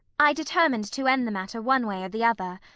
i determined to end the matter one way or the other,